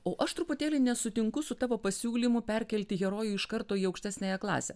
o aš truputėlį nesutinku su tavo pasiūlymu perkelti herojų iš karto į aukštesniąją klasę